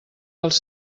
als